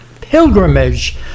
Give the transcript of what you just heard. pilgrimage